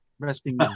Resting